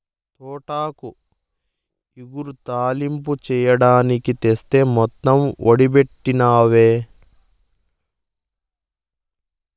తోటాకు ఇగురు, తాలింపు చెయ్యడానికి తెస్తి మొత్తం ఓడబెట్టినవే